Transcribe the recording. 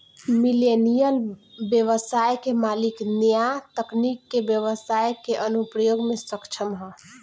millennial ब्यबसाय के मालिक न्या तकनीक के ब्यबसाई के अनुप्रयोग में सक्षम ह